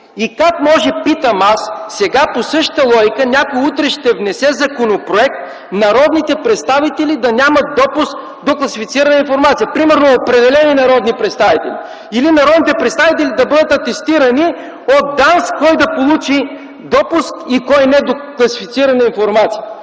И как може, питам аз: сега по същата логика някой утре ще внесе законопроект – народните представители да нямат допуск до класифицирана информация. Примерно, определени народни представители или народните представители да бъдат атестирани от ДАНС – кой да получи допуск, и кой – не, до класифицирана информация?!